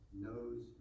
knows